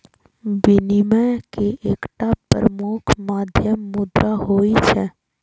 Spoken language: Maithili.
विनिमय के एकटा प्रमुख माध्यम मुद्रा होइ छै